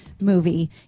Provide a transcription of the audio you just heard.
movie